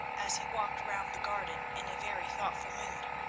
as he walked round the garden in a very thoughtful mood.